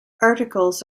articles